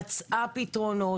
היא מצאה פתרונות.